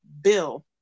bill